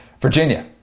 Virginia